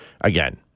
again